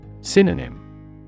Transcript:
Synonym